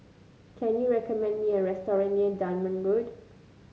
can you recommend me a restaurant near Dunman Road